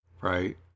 Right